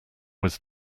was